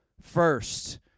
first